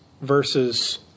versus